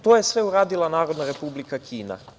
To je sve uradila Narodna Republika Kina.